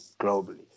globally